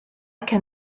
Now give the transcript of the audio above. can